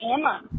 Emma